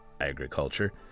agriculture